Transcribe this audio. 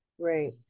Right